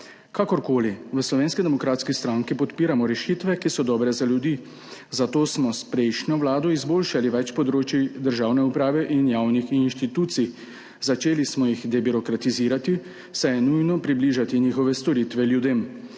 Kakorkoli, v Slovenski demokratski stranki podpiramo rešitve, ki so dobre za ljudi, zato smo s prejšnjo vlado izboljšali več področij državne uprave in javnih institucij. Začeli smo jih debirokratizirati, saj je nujno približati njihove storitve ljudem.